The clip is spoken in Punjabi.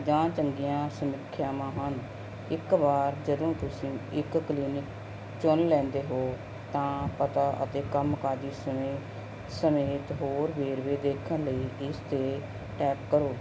ਜਾਂ ਚੰਗੀਆਂ ਸਮੀਖਿਆਵਾਂ ਹਨ ਇੱਕ ਵਾਰ ਜਦੋਂ ਤੁਸੀਂ ਇੱਕ ਕਲੀਨਿਕ ਚੁਣ ਲੈਂਦੇ ਹੋ ਤਾਂ ਪਤਾ ਅਤੇ ਕੰਮਕਾਜੀ ਸਮੇਂ ਸਮੇਤ ਹੋਰ ਵੇਰਵੇ ਦੇਖਣ ਲਈ ਇਸ 'ਤੇ ਟੈਪ ਕਰੋ